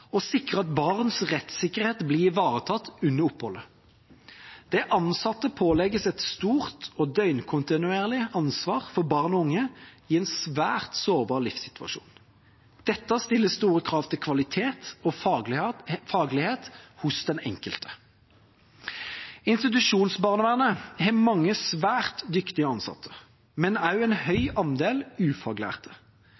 sikre at barns rettssikkerhet blir ivaretatt under oppholdet. De ansatte pålegges et stort og døgnkontinuerlig ansvar for barn og unge i en svært sårbar livssituasjon. Dette stiller store krav til kvalitet og faglighet hos den enkelte. Institusjonsbarnevernet har mange svært dyktige ansatte, men også en